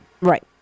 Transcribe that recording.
Right